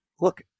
look